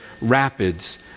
rapids